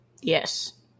Yes